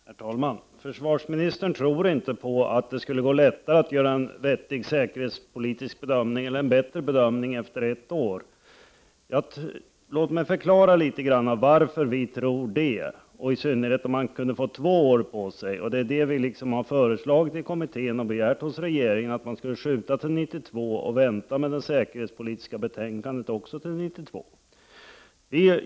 Herr talman! Försvarsministern tror inte på att det skulle vara lättare att göra en bättre säkerhetspolitisk bedömning efter ett år. Låt mig förklara litet grand varför vi i miljöpartiet tror det. Detta gäller i synnerhet om man får två år på sig, och vi har i kommittén föreslagit och hos regeringen begärt att beslutet skall skjutas till 1992 och att även vänta med det säkerhetspolitiska betänkandet till 1992.